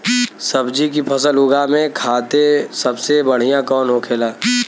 सब्जी की फसल उगा में खाते सबसे बढ़ियां कौन होखेला?